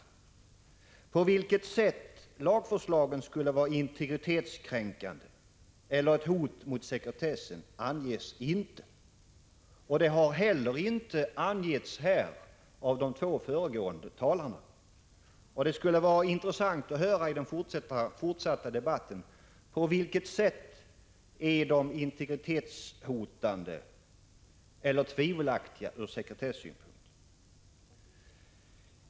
På vilket sätt lagförslagen skulle vara integritetskränkande eller utgöra ett hot mot sekretessen anges inte. Det har inte heller angetts av de två föregående talarna. Det skulle vara intressant att få höra i den fortsatta debatten på vilket sätt de är integritetshotande eller tvivelaktiga från sekretessynpunkt.